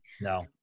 No